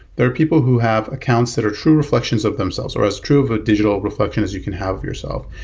there are people who have accounts that are true reflections of themselves or as true of a digital reflection as you can have yourself.